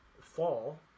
fall